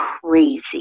crazy